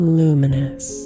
luminous